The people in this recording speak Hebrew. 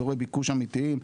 אזורי ביקוש אמיתיים,